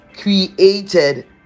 created